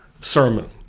sermon